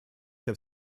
have